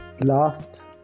Last